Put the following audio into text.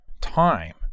time